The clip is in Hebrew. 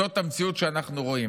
זאת המציאות שאנחנו רואים.